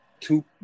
two